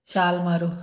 ਛਾਲ ਮਾਰੋ